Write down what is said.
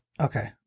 Okay